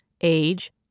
age